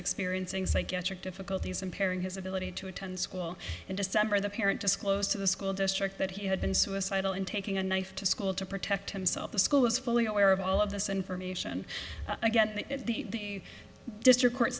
experiencing psychiatric difficulties impairing his ability to attend school in december the parent disclosed to the school district that he had been suicidal in taking a knife to school to protect himself the school is fully aware of all of this information i get that the district court